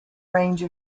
range